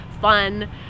fun